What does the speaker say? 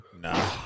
no